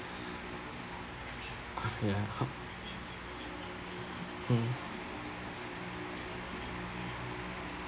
ya hmm